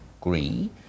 agree